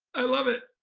i love it.